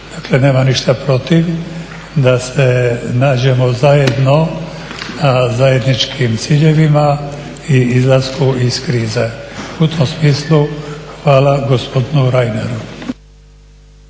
Dakle, nemam ništa protiv da se nađemo zajedno sa zajedničkim ciljevima i izlasku iz krize. U tom smislu hvala gospodinu Reineru.